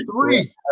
Three